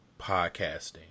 podcasting